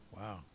Wow